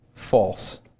false